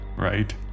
Right